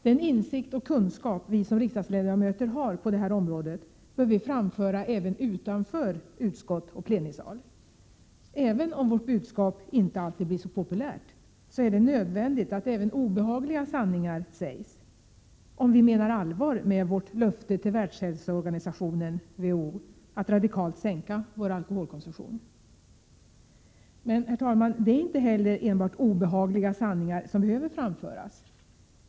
Den insikt och kunskap vi som riksdagsledamöter har på det här området bör vi framföra även utanför utskottsrum och plenisal. Även om vårt budskap inte alltid blir så populärt, är det nödvändigt att även obehagliga sanningar sägs, om vi menar allvar med vårt löfte till Världshälsoorganisationen, WHO, att radikalt sänka vår alkoholkonsumtion. Men, herr talman, det är inte heller enbart obehagliga sanningar som behöver framföras.